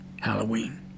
Halloween